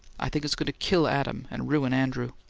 i think it's going to kill adam and ruin andrew.